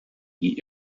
eat